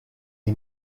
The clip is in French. est